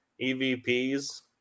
EVPs